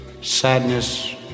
sadness